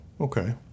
okay